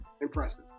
impressive